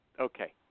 Okay